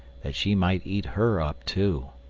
that she might eat her up too.